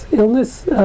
illness